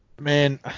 Man